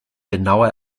genauer